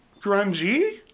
Grungy